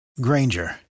Granger